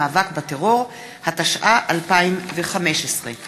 המשפטית והאפוטרופסות (תיקון מס' 19),